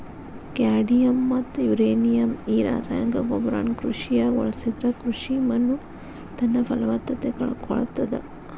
cadmium ಮತ್ತ uranium ಈ ರಾಸಾಯನಿಕ ಗೊಬ್ಬರನ ಕೃಷಿಯಾಗ ಬಳಸಿದ್ರ ಕೃಷಿ ಮಣ್ಣುತನ್ನಪಲವತ್ತತೆ ಕಳಕೊಳ್ತಾದ